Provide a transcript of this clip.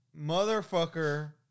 motherfucker